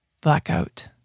Blackout